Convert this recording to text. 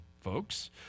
folks